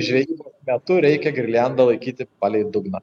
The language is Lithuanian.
žvejybos metu reikia girliandą laikyti palei dugną